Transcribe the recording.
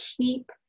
keep